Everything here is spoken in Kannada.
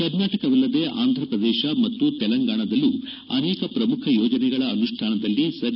ಕರ್ನಾಟಕವಲ್ಲದೆ ಆಂಧ್ರಪ್ರದೇಶ ಮತ್ತು ತೆಲಂಗಾಣದಲ್ಲೂ ಅನೇಕ ಪ್ರಮುಖ ಯೋಜನೆಗಳ ಅನುಷ್ಠಾನದಲ್ಲಿ ಸರ್